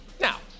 Now